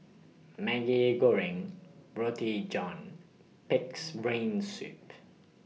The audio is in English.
Maggi Goreng Roti John Pig'S Brain Soup